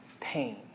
pain